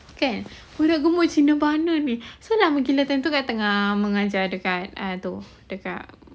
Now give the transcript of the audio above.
kan budak gemuk cina tu mana ni so malam itu kita tengah mengajar dekat ah tu